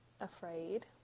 afraid